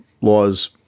laws